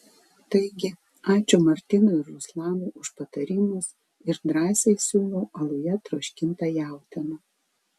taigi ačiū martynui ir ruslanui už patarimus ir drąsiai siūlau aluje troškintą jautieną